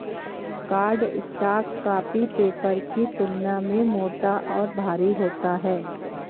cardstock copy paper की तुलना में मोटा और भारी होता है